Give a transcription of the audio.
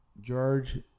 George